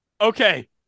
Okay